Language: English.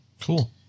Cool